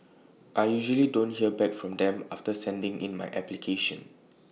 I usually don't hear back from them after sending in my application